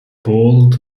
bolt